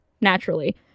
naturally